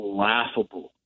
laughable